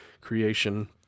creation